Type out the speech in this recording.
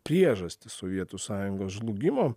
priežastis sovietų sąjungos žlugimo